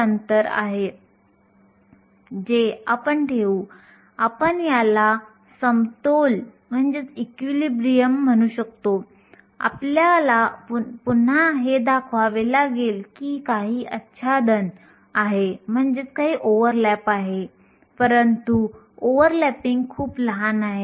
अर्धसंवाहकाच्या बाबतीत हे इलेक्ट्रॉन आणि छिद्र सामग्रीमधून प्रवाहित होण्यासाठी मांडले जातात